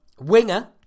Winger